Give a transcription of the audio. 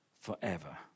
forever